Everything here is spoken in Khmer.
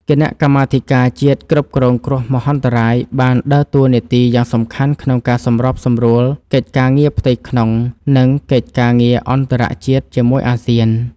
គណៈកម្មាធិការជាតិគ្រប់គ្រងគ្រោះមហន្តរាយបានដើរតួនាទីយ៉ាងសំខាន់ក្នុងការសម្របសម្រួលកិច្ចការងារផ្ទៃក្នុង និងកិច្ចការងារអន្តរជាតិជាមួយអាស៊ាន។